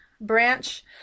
branch